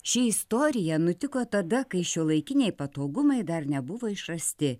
ši istorija nutiko tada kai šiuolaikiniai patogumai dar nebuvo išrasti